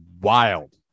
wild